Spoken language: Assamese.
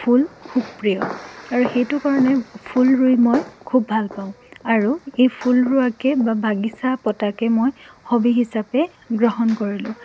ফুল খুব প্ৰিয় আৰু সেইটো কাৰণে ফুল ৰুই মই খুব ভাল পাওঁ আৰু এই ফুল ৰোৱাকে বা বাগিচা পতাকে মই হবি হিচাপে গ্ৰহণ কৰিলোঁ